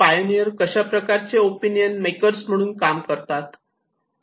pioneer कशाप्रकारे opinion makers म्हणून काम करतात